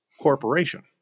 corporation